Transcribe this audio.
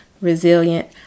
Resilient